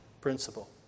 principle